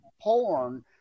porn